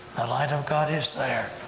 the light of god is there,